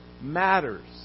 matters